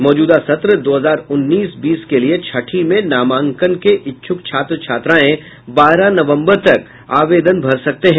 मौजूदा सत्र दो हजार उन्नीस बीस के लिये छठी में नामांकन के इच्छुक छात्र छात्रायें बारह नवम्बर तक आवेदन भर सकते हैं